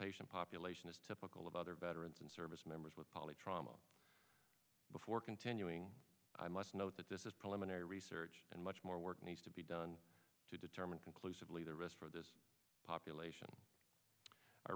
patient population is typical of other veterans and service members with poly trauma before continuing i must note that this is preliminary research and much more work needs to be done to determine conclusively the risk for this population